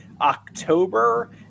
October